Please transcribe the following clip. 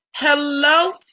Hello